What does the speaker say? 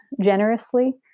generously